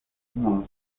hnos